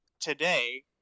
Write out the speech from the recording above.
today